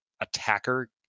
attacker